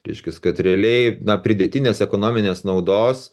reiškias kad realiai na pridėtinės ekonominės naudos